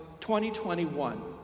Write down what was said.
2021